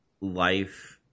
life